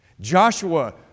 Joshua